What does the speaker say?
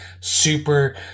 super